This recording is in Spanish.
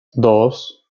dos